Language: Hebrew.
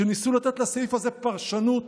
"לתת לסעיף הזה פרשנות